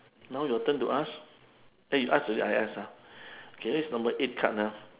now your turn to ask eh you ask already I ask ah okay this is number eight card ah